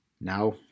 now